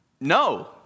No